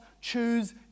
choose